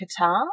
Qatar